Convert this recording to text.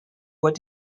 what